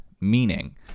meaning